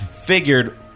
Figured